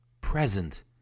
present